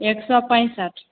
एक सए पैसठि